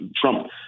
Trump